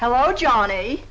hello johnny